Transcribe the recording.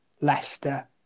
Leicester